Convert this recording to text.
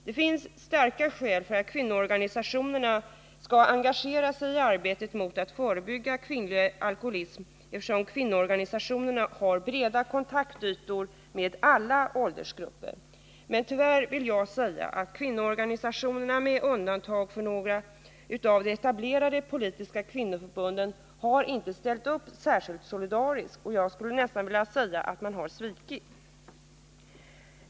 Det finns starka skäl för att kvinnoorganisationerna skall engagera sig i arbetet för att förebygga kvinnlig alkoholism, eftersom kvinnoorganisationerna har breda kontaktytor med alla åldersgrupper. Men tyvärr har kvinnoorganisationerna — med undantag för några av de etablerade politiska kvinnoförbunden -— inte ställt upp särskilt solidariskt. Jag skulle nästan vilja säga att de har svikit.